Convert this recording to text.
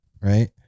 right